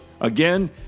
Again